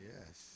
Yes